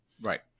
Right